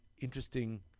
interesting